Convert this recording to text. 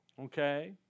okay